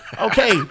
Okay